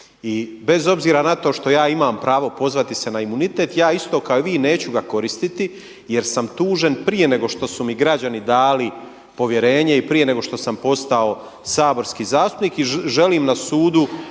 I bez obzira na to što ja imam pravo pozvati se na imunitet, ja isto kao i vi neću ga koristiti jer sam tužen prije nego što su mi građani dali povjerenje i prije nego što sam postao saborski zastupnik. I želim na sudu